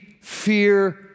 fear